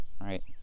right